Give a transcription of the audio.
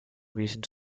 recent